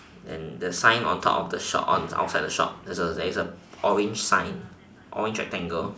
then the sign on top of the shop my one is outside the shop there's a there's a orange sign orange rectangle